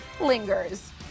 lingers